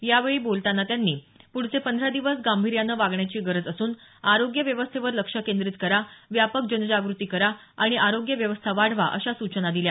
यावेळी बोलतांना त्यांनी पुढचे पंधरा दिवस गांभिर्याने वागण्याची गरज असून आरोग्य व्यवस्थेवर लक्ष केंद्रीत करा व्यापक जनजागृती करा आणि आरोग्य व्यवस्था वाढवा अशा सूचना दिल्या